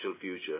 future